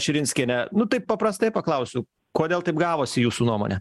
širinskiene nu taip paprastai paklausiu kodėl taip gavosi jūsų nuomone